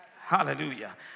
Hallelujah